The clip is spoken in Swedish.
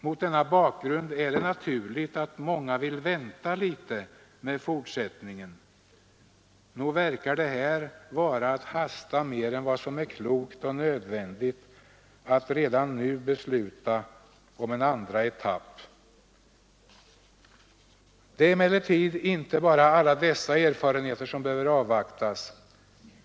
Mot denna bakgrund är det naturligt att många vill vänta litet med fortsättningen. Nog verkar det här vara att hasta mer än vad som är klokt och nödvändigt att redan nu besluta om en andra etapp. Det är emellertid inte bara alla dessa erfarenheter som behöver avvaktas.